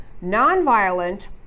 non-violent